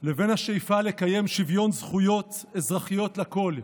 לבין השאיפה לקיים שוויון זכויות אזרחיות לכול,